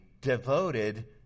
devoted